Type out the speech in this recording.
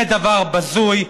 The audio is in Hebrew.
זה דבר בזוי,